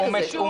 אני